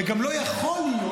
וגם לא יכול להיות,